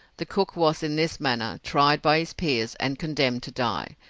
the cook was in this manner tried by his peers and condemned to die,